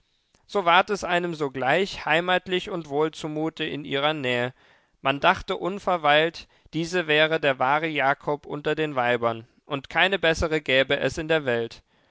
so ward es einem sogleich heimatlich und wohl zumute in ihrer nähe man dachte unverweilt diese wäre der wahre jakob unter den weibern und keine bessere gäbe es in der welt